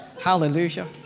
Hallelujah